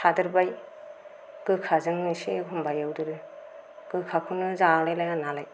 थादेरबाय गोखाजों एसे एखनबा एउदेरो गोखाखौनो जालायलाया नालाय